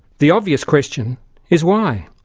the obvious question is why?